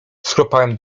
schrupałem